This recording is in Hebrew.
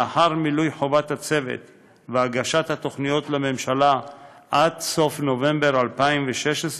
לאחר מילוי חובת הצוות והגשת התוכניות לממשלה עד סוף נובמבר 2016,